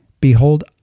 Behold